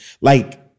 like-